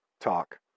Talk